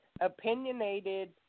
opinionated